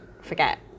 forget